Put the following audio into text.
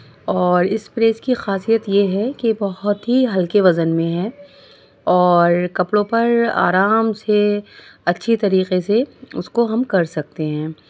اور اس پریس کی خاصیت یہ ہے کہ یہ بہت ہی ہلکے وزن میں ہے اور کپڑوں پر آرام سے اچھی طریقے سے اس کو ہم کر سکتے ہیں